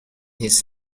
his